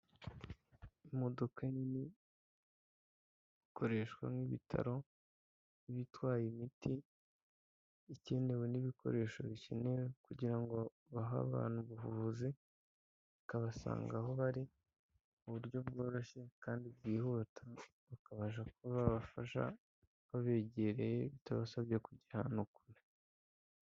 Imodoka nini ikoreshwa nk'ibitaro iba itwaye imiti ikenewe n'ibikoresho bikenewe kugira ngo bahe abantu ubuvuzi bakabasanga aho bari mu buryo bworoshye kandi bwihuta, bakabasha kuba babafasha babegereye bitabasabye kujya ahantu kure.